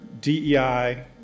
DEI